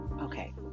okay